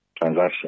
transaction